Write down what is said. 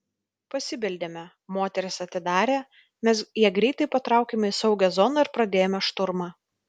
pasibeldėme moteris atidarė mes ją greitai patraukėme į saugią zoną ir pradėjome šturmą